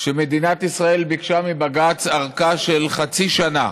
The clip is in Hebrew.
שמדינת ישראל ביקשה מבג"ץ ארכה של חצי שנה